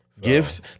Gifts